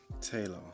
Taylor